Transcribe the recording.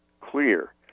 clear